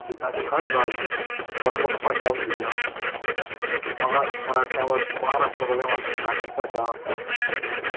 ਜਿੱਦਾਂ ਕਿ ਹਰ ਰਾਜ ਦੀ ਵੱਖ ਵੱਖ ਭਾਸ਼ਾ ਹੁੰਦੀ ਆ ਮਹਾ ਮਰਾਠਿਆਂ ਵਾਸ ਮਹਾਰਾਸ਼ਟਰ ਵਾਲਿਆਂ ਵਾਸਤੇ ਮਰਾਠੀ ਭਾਸ਼ਾ ਠੀਕ ਹੈ